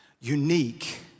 unique